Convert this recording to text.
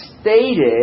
stated